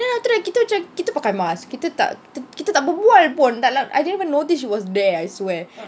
then after that kita macam kita pakai mask kita tak kita tak berbual pun dalam I didn't even notice she was there I swear